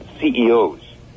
CEOs